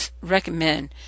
recommend